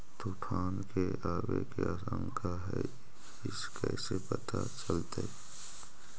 तुफान के आबे के आशंका है इस कैसे पता चलतै?